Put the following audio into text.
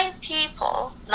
people